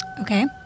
Okay